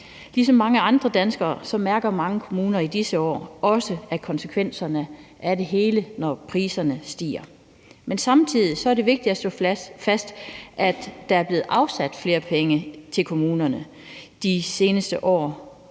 ligesom mange andre danskere mærker mange kommuner i disse år også konsekvenserne af det hele, når priserne stiger. Men samtidig er det vigtigt at slå fast, at der er blevet afsat flere penge til kommunerne de seneste år,